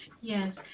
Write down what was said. Yes